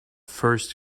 first